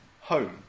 home